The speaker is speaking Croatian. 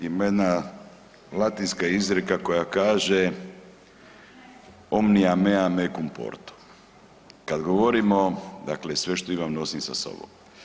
Ima jedna latinska izreka koja kaže „Omnia mea mecum porto“ Kad govorimo, dakle sve što imam nosim sa sobom.